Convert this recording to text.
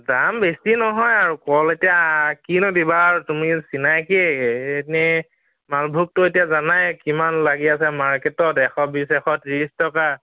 দাম বেছি নহয় আৰু কল এতিয়া কিনো দিবা আৰু তুমি চিনাকিয়ে এ এনেই মালভোগটো এতিয়া জানাই কিমান লাগি আছে মাৰ্কেটত এশ বিশ এশ ত্ৰিশ টকা